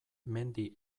mendi